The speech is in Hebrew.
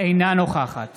אינה נוכחת